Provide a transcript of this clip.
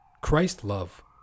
Christ-love